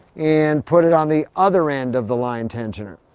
and put it on the other end of the line tensioner,